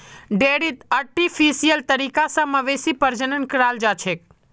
डेयरीत आर्टिफिशियल तरीका स मवेशी प्रजनन कराल जाछेक